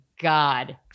God